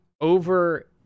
over